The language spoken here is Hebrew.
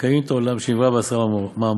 שהן מקיימין את העולם שנברא בעשרה מאמרות.